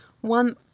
One